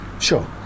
Sure